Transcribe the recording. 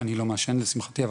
אני לא מעשן לשמחתי,